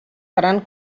faran